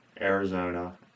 arizona